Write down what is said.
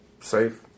safe